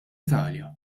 italja